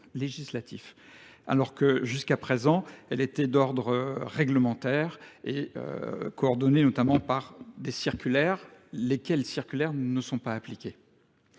législatif. alors que jusqu'à présent elle était d'ordre réglementaire et coordonnée notamment par des circulaires lesquels circulaires ne sont pas appliqués.